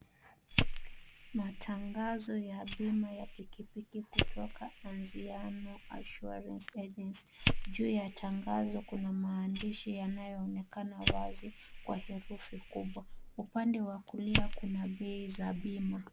Matangazo ya bima ya pikipiki kutoka Anziano insurance agency .Juu ya tangazo kuna maandishi yanayo onekana wazi kwa herufi kubwa. Upande wa kulia kuna bei za bima.